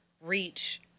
reach